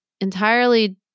entirely